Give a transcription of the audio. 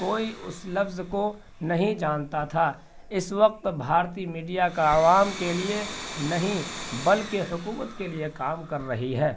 کوئی اس لفظ کو نہیں جانتا تھا اس وقت بھارتی میڈیا کا عوام کے لیے نہیں بلکہ حکومت کے لیے کام کر رہی ہے